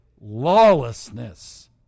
lawlessness